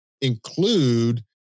include